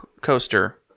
coaster